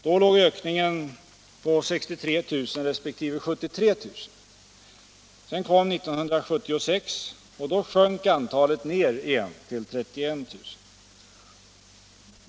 Då låg ökningen på 63 000 resp. 73.000. Sedan kom 1976 och då sjönk antalet igen till 31 000.